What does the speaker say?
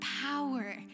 power